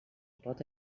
pot